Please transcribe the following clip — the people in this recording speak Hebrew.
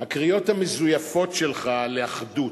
הקריאות המזויפות שלך לאחדות.